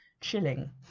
chilling